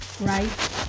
right